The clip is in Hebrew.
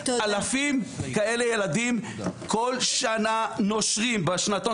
אלפי ילדים כאלה כל שנה נושרים בשנתון